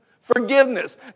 forgiveness